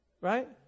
Right